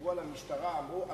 כשדיברו על המשטרה הם אמרו: